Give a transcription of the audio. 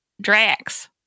Drax